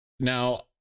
Now